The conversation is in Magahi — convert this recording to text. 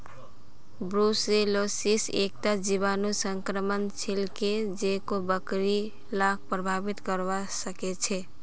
ब्रुसेलोसिस एकता जीवाणु संक्रमण छिके जेको बकरि लाक प्रभावित करवा सकेछे